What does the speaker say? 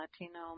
Latino